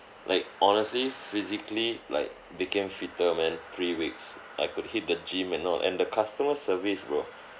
like honestly physically like became fitter man three weeks I could hit the gym and all and the customer service bro